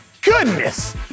goodness